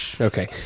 Okay